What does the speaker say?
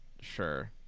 sure